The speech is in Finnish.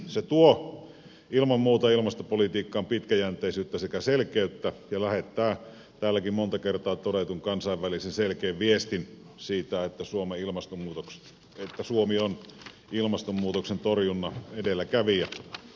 se tuo ilman muuta ilmastopolitiikkaan pitkäjänteisyyttä sekä selkeyttä ja lähettää täälläkin monta kertaa todetun kansainvälisen selkeän viestin siitä että suomi on ilmastonmuutoksen torjunnan edelläkävijä